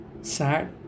sad